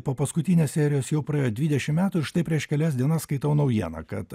po paskutinės serijos jau praėjo dvidešimt metų ir štai prieš kelias dienas skaitau naujieną kad